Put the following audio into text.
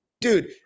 Dude